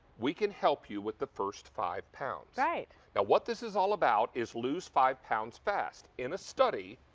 we can help you with the first five pounds. right. yeah what this is all about is lose five pounds fast. in a study,